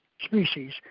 species